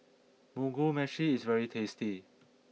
Mugi Meshi is very tasty